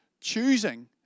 choosing